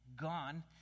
gone